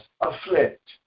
afflict